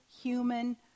human